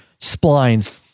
splines